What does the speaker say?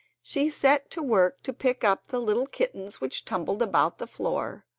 she set to work to pick up the little kittens which tumbled about the floor,